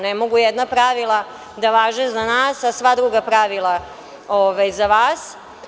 Ne mogu jedna pravila da važe za nas, a sva druga pravila za vas.